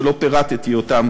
שלא פירטתי אותם,